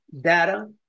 data